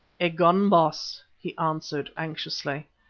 a gun, baas, he answered anxiously.